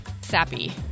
sappy